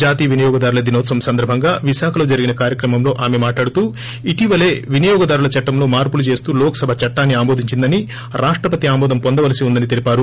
జాతీయ వినియోగదారుల దినోత్పవం సందర్బంగా విశాఖలో జరిగిన కార్యక్రమంలో ఆమె మాట్లాడుతూ ఇటీవలే వినియోగదారుల చట్లంలో మార్పులు చేస్తూ లోక్సభ చట్లాన్ని ఆమోదించిందని రాష్టపతి ఆమోదం పొందవలసి ఉందని తెలిపారు